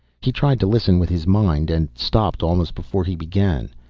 he tried to listen with his mind and stopped almost before he began.